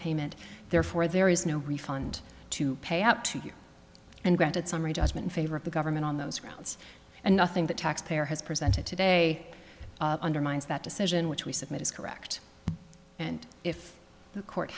payment therefore there is no refund to pay out to you and granted summary judgment in favor of the government on those grounds and nothing the taxpayer has presented today undermines that decision which we submit is correct and if the court